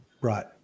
Right